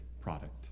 product